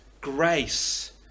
grace